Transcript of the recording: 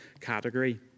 category